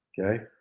Okay